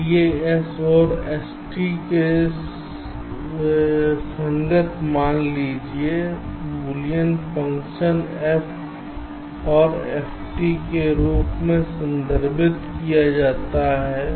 इसलिए S और S के संगत मान लीजिए बूलियन फ़ंक्शन को F और F के रूप में संदर्भित किया जाता है